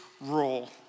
role